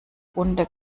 runde